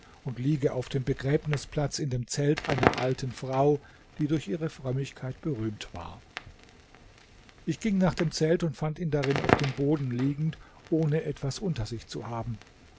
und liege auf dem begräbnisplatz in dem zelt einer alten frau die durch ihre frömmigkeit berühmt war ich ging nach dem zelt und fand ihn darin auf dem boden liegend ohne etwas unter sich zu haben